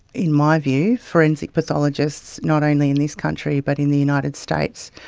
in my view, forensic pathologists, not only in this country but in the united states,